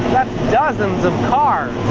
dozens of cars.